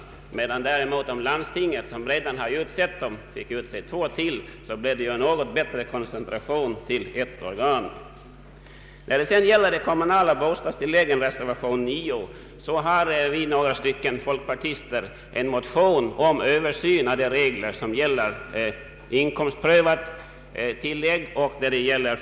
Om däremot landstingen fick utse ytterligare två representanter, skulle det bli en något bättre koncentration till ett organ. I reservation 9 som gäller det kommunala bostadstillägget har vi med anledning av ett motionsyrkande av några folkpartister begärt en översyn av de regler som gäller inkomstprövade tilllägg.